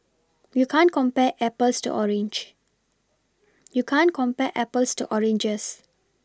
you can't compare Apples to orange you can't compare Apples to oranges